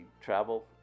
travel